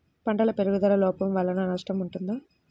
పంటల పెరుగుదల లోపం వలన నష్టము ఉంటుందా?